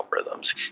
algorithms